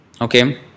okay